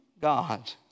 God